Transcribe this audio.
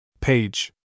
page